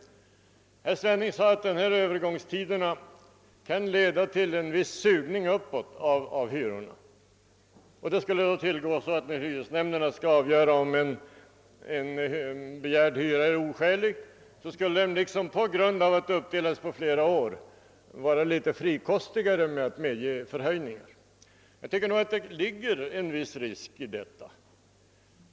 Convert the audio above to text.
Herr Svenning sade att dessa övergångstider kan leda till en viss sugning uppåt av hyrorna. När en hyresnämnd skulle avgöra om en begärd hyra är oskälig, skulle den nämligen på grund av att höjningen uppdelas på flera år vara litet frikostigare med sina medgivanden. Jag medger att det kan ligga en viss risk i detta förhållande.